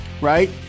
right